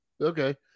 Okay